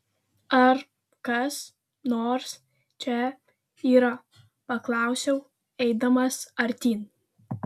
ar kas nors čia yra paklausiau eidamas artyn